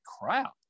crap